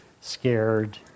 scared